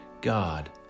God